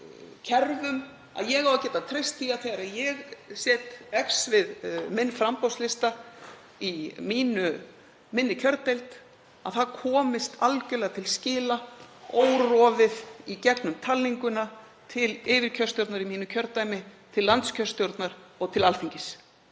kerfum að ég á að geta treyst því að þegar ég set X við minn framboðslista í minni kjördeild komist það algjörlega til skila, órofið í gegnum talninguna, til yfirkjörstjórnar í mínu kjördæmi, til landskjörstjórnar og til Alþingis.